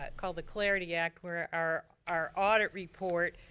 ah called the clarity act, where our our audit report,